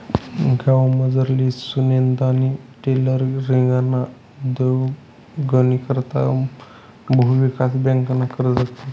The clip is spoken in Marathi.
गावमझारली सुनंदानी टेलरींगना उद्योगनी करता भुविकास बँकनं कर्ज काढं